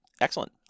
Excellent